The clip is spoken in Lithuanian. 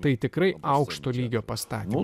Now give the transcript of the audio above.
tai tikrai aukšto lygio pastatymai